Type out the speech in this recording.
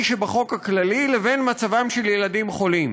שבחוק הכללי לבין מצבם של ילדים חולים.